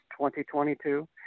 2022